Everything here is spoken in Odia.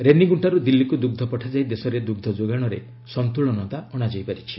ରେନିଗୁଙ୍କାରୁ ଦିଲ୍ଲୀକୁ ଦୁଗ୍ଧ ପଠାଯାଇ ଦେଶରେ ଦୁଗ୍ଧ ଯୋଗାଣରେ ସନ୍ତୁଳନତା ଅଣାଯାଇପାରିଛି